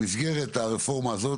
במסגרת הרפורמה הזאת,